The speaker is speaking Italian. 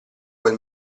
quel